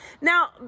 Now